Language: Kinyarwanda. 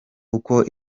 uko